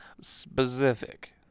specific